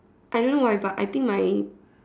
I don't know why but I think my